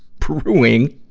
brewing!